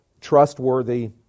trustworthy